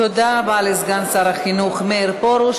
תודה רבה לסגן שר החינוך מאיר פרוש.